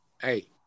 hey